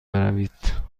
بروید